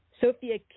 Sophia